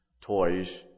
toys